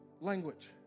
language